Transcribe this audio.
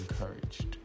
encouraged